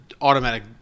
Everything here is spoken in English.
automatic